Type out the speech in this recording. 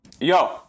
yo